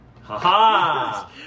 Ha-ha